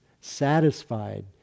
satisfied